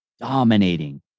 dominating